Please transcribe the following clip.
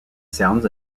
sounds